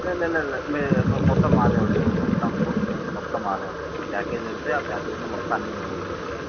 లే లే లే లే మీ మొత్తం మాదే ఉంటది మొత్తం ఫుడ్ నుంచి మొత్తం మాదే ఉంటుంది ప్యాకేజ్ ఉంటే ఆ ప్యాకేజ్లో మొత్తం అన్నీ మేమే చూసుకుంటాం